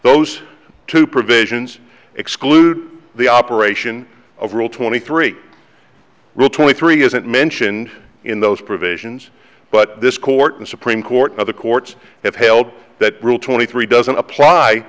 those two provisions exclude the operation of rule twenty three rule twenty three isn't mentioned in those provisions but this court and supreme court of the courts have held that rule twenty three doesn't apply